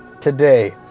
today